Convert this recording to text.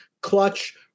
clutch